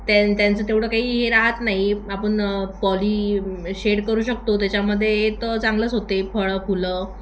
त्या त्यांचं तेवढं काही हे राहत नाही आपण पॉली शेड करू शकतो त्याच्यामध्ये तर चांगलंच होते फळं फुलं